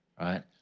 Right